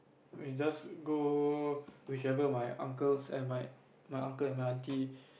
we just go whichever my uncles and my my uncle and my auntie